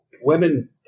Women